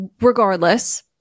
regardless